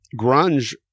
grunge